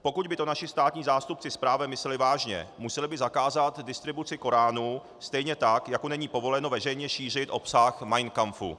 Pokud by to naši státní zástupci s právem mysleli vážně, museli by zakázat distribuci Koránu stejně tak, jako není povoleno veřejně šířit obsah Mein Kampfu.